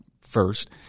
first